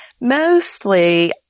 Mostly